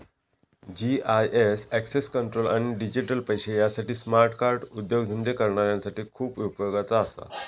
GIS access control आणि digital पैशे यासाठी स्मार्ट कार्ड उद्योगधंदे करणाऱ्यांसाठी खूप उपयोगाचा असा